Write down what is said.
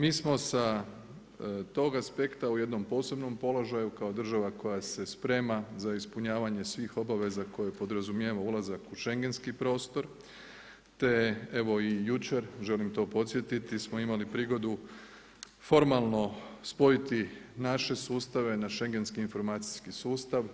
Mi smo sa tog aspekta u jednoj posebnom položaju kao država koja se sprema za ispunjavanje svih obaveza koje podrazumijeva ulazak u šengenski prostor te evo i jučer, želim to podsjetiti, smo imali prigodu formalno spojiti naše sustave na šengenski informacijski sustav,